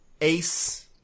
Ace